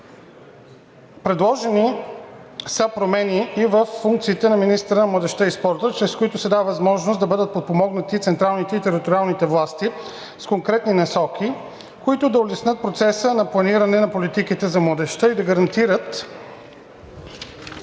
Предложени са промени и във функциите на министъра на младежта и спорта, чрез които се дава възможност да бъдат подпомогнати централните и териториалните власти с конкретни насоки, които да улеснят процеса на планиране на политиките за младежта и да гарантират